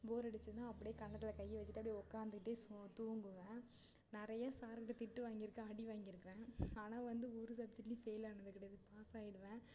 போர் அடித்ததுன்னா அப்படியே கன்னத்தில் கையை வச்சுட்டு அப்படியே உட்காந்துட்டே சும் தூங்குவேன் நிறைய சார்கிட்ட திட்டு வாங்கியிருக்கேன் அடி வாங்கிருக்கிறேன் ஆனால் வந்து ஒரு சப்ஜக்ட்லியும் ஃபெயில் ஆனது கிடையாது பாஸ் ஆகிடுவேன்